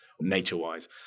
nature-wise